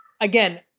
again